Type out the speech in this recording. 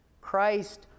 Christ